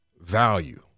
value